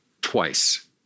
twice